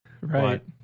Right